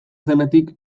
zenetik